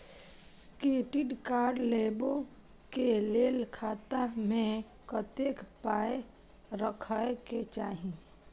Credit card लेबै के लेल खाता मे कतेक पाय राखै के चाही?